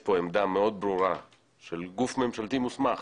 פה עמדה מאוד ברורה של גוף ממשלתי מוסמך,